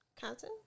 cousin